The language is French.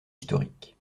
historique